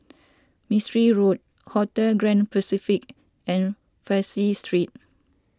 Mistri Road Hotel Grand Pacific and Fraser Street